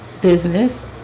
business